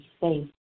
safe